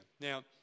Now